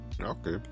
Okay